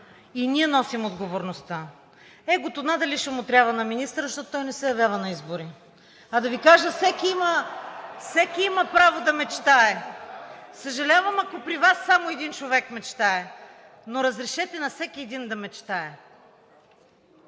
И ние носим отговорността. Егото надали ще му трябва на министъра, защото той не се явява на избори. (Шум и реплики.) А да Ви кажа, всеки има право да мечтае. Съжалявам, ако при Вас само един човек мечтае, но разрешете на всеки един да мечтае.